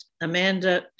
Amanda